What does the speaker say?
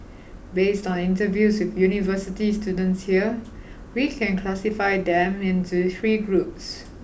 based on interviews with university students here we can classify them into three groups